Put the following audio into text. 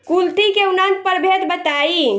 कुलथी के उन्नत प्रभेद बताई?